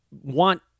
want